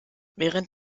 während